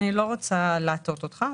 אני לא רוצה להטעות אותך,